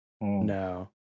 No